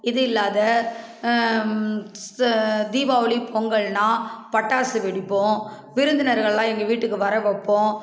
இது இல்லாத ஸ்சே தீபாவளி பொங்கல்னால் பட்டாசு வெடிப்போம் விருந்தினர்களெலாம் எங்கள் வீட்டுக்கு வர வைப்போம்